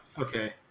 Okay